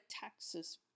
taxes